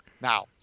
Now